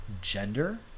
gender